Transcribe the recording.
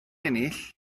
ennill